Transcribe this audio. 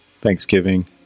Thanksgiving